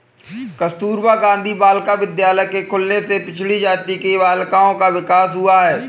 कस्तूरबा गाँधी बालिका विद्यालय के खुलने से पिछड़ी जाति की बालिकाओं का विकास हुआ है